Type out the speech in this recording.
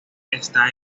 está